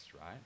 right